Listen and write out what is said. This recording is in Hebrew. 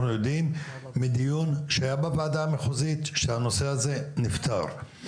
אנחנו יודעים מדיון שהיה בוועדה המחוזית שהנושא הזה נפתר.